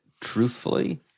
truthfully